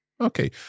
okay